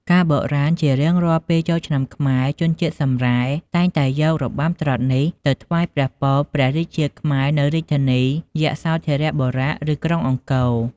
កាលបុរាណ ជារៀងរាល់ពេលចូលឆ្នាំខ្មែរ ជនជាតិសម្រែតែងតែយករបាំត្រុដិនេះទៅលេងថ្វាយព្រះពរព្រះរាជាខ្មែរនៅរាជធានី យសោធរបុរៈ ឬ ក្រុងអង្គរ។